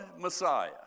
Messiah